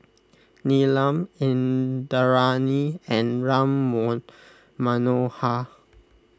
Neelam Indranee and Ram Manohar